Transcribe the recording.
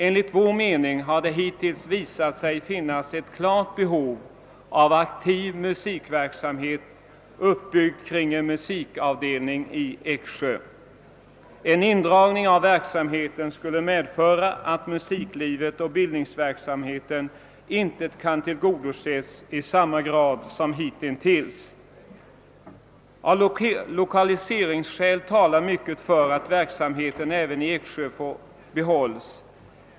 Enligt vår mening har det hittills visat sig finnas ett klart behov av aktiv musikverksamhet upp: byggd kring en musikavdelning i Eksjö. En indragning av verksamheten skulle medföra att musiklivet och bildningsverksamheten inte kan tillgodoses i samma grad som hittills. Även lokaliseringsskäl talar starkt för att verksamheten i Eksjö behålles.